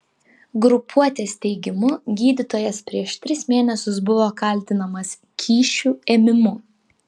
grupuotės teigimu gydytojas prieš tris mėnesius buvo kaltinamas kyšių ėmimu